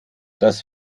das